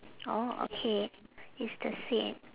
orh okay it's the same